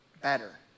better